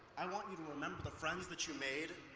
i want you to remember the friends but you made,